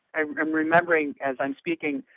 i'm i'm remembering as i'm speaking,